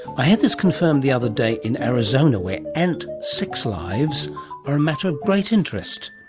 i had this confirmed the other day in arizona where ant sex lives are a matter of great interest,